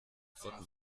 von